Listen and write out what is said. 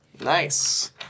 Nice